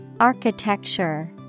Architecture